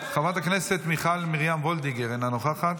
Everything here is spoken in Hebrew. חברת הכנסת גלית דיסטל אטבריאן, אינה נוכחת,